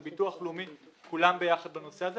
זה ביטוח לאומי כולם ביחד בנושא הזה.